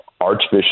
Archbishop